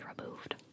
removed